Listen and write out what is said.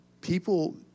people